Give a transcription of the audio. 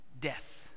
death